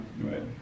Right